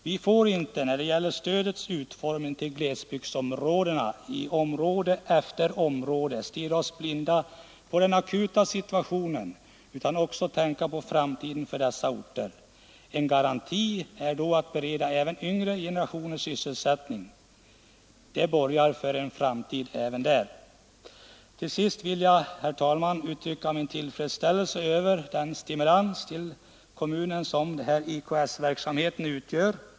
Vi får inte när det gäller utformningen av stödet till glesbygdsområdena i område efter område stirra oss blinda på den akuta situationen, utan vi måste också tänka på framtiden för dessa orter. En garanti för framtiden är att man bereder även den yngre generationen sysselsättning. Slutligen vill jag uttrycka min tillfredsställelse över den stimulans till kommunerna som IKS-verksamheten utgör.